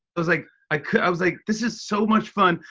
it was like i i was like, this is so much fun.